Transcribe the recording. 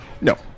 No